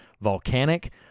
volcanic